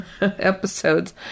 episodes